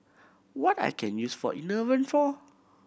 what I can use for Enervon for